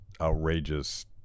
outrageous